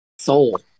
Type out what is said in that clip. Soul